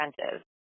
expensive